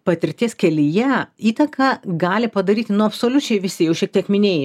patirties kelyje įtaką gali padaryti nu absoliučiai visi jau šiek tiek minėjai